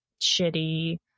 shitty